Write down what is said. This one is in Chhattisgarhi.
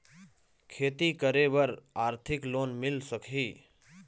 खेती करे बर आरथिक लोन मिल सकही?